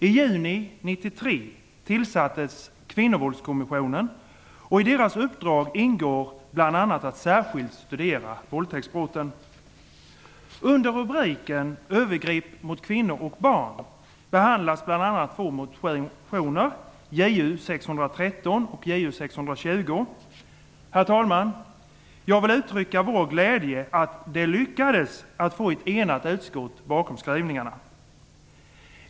I juli 1993 tillsattes Kvinnovåldskommisionen, och i dess uppdrag ingår bl.a. att särskilt studera våldtäktsbrotten. Herr talman! Under rubriken övergrepp mot kvinnor och barn behandlas bl.a. två motioner, Ju613 och Ju620. Jag vill uttrycka vår glädje att det lyckades att få ett enat utskott bakom skrivningarna.